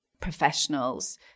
professionals